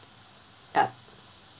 ah